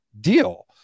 deal